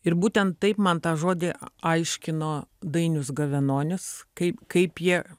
ir būtent taip man tą žodį aiškino dainius gavenonis kaip kaip jie